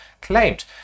claimed